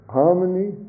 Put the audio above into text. harmony